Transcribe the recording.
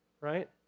right